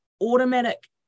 automatic